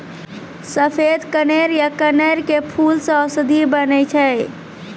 सफेद कनेर या कनेल के फूल सॅ औषधि बनै छै